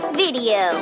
video